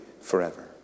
forever